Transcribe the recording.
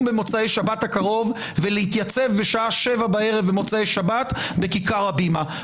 במוצאי שבת הקרוב ולהתייצב ב-19:00 בערב במוצאי שבת בכיכר הבימה.